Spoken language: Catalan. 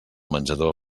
menjador